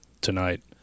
tonight